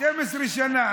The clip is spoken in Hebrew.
12 שנה,